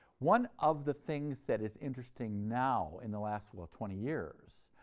one of the things that is interesting now in the last, well, twenty years,